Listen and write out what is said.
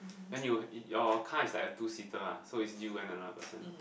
then you your is like a two seater ah and is you and another person